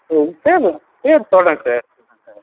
ம் சார் ஆ போகலாம் சார் போகலாம் சார்